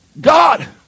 God